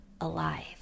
alive